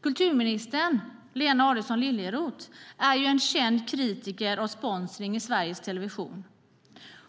Kulturministern, Lena Adelsohn Liljeroth, är ju en känd kritiker av sponsring i Sveriges Television.